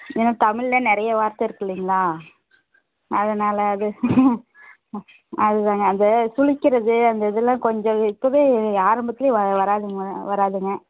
ஏன்னா தமிழில் நிறைய வார்த்தை இருக்குது இல்லைங்களா அதனால அது அதுதான்ங்க அந்த சுழிக்கிறது அந்த இதெல்லாம் கொஞ்சம் இப்பவே ஆரம்பத்துலேயே வராதுங்க மேடம் வராதுங்க